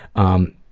um,